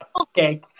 okay